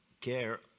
care